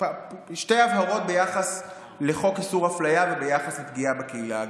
שתי הבהרות ביחס לחוק איסור הפליה וביחס לפגיעה בקהילה הגאה.